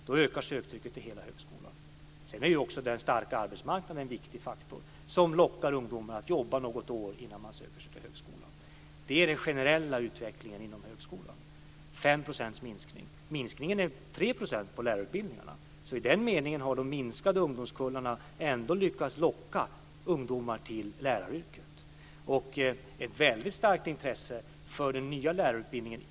Då ökar söktrycket på hela högskolan. Dessutom är den starka arbetsmarknaden en viktig faktor. Ungdomar lockas att jobba något år innan de söker sig till högskolan. 5 % minskning. Minskningen är 3 % till lärarutbildningarna. I den meningen har läraryrket ändå lyckats locka ungdomar från de minskade ungdomskullarna. Det finns ett väldigt starkt intresse för den nya lärarutbildningen.